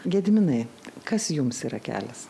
gediminai kas jums yra kelias